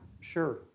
Sure